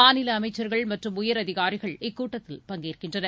மாநில அமைச்சர்கள் மற்றும் உயரதிகாரிகள் இக்கூட்டத்தில் பங்கேற்கின்றனர்